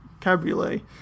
Cabriolet